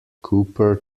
cooper